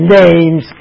names